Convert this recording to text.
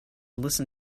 listen